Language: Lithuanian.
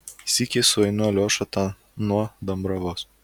sykį sueinu aliošą tą nuo dambravos